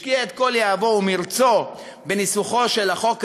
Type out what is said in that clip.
השקיע את כל יהבו ומרצו בניסוחו של החוק הזה.